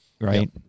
Right